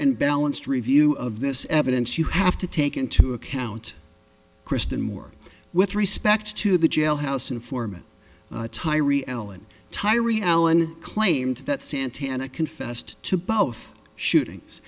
and balanced review of this evidence you have to take into account kristen more with respect to the jailhouse informant tyree ellen tigh rielle and claimed that santana confessed to both shootings